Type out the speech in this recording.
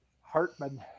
Hartman